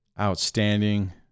Outstanding